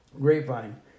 Grapevine